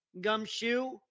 Gumshoe